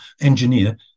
engineer